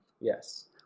Yes